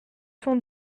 son